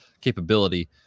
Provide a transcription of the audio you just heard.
capability